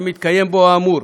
שמתקיים בו האמור.